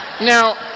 now